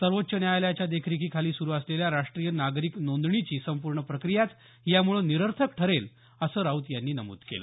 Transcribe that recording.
सर्वोच्च न्यायालयाच्या देखरेखीखाली सुरु असलेल्या राष्ट्रीय नागरिक नोंदीची संपूर्ण प्रक्रियाच यामुळे निर्थक ठरेल असं राऊत यांनी नमूद केलं